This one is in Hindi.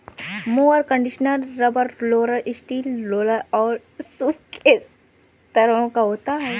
mower conditioner rubber roller, steel roller और सूप के तरह का होता है